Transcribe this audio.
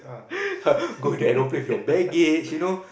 go there aeroplane with your baggage you know